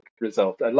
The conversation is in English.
result